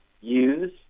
use